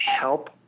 help